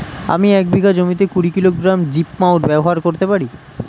আমি এক বিঘা জমিতে কুড়ি কিলোগ্রাম জিপমাইট ব্যবহার করতে পারি?